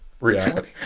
reality